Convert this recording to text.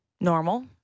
normal